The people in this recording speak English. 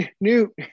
new